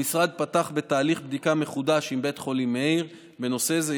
המשרד פתח בתהליך בדיקה מחודש עם בית חולים מאיר בנושא זה.